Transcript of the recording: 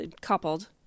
coupled